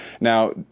now